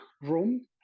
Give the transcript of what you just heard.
room